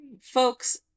Folks